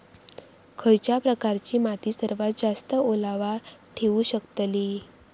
खयच्या प्रकारची माती सर्वात जास्त ओलावा ठेवू शकतली?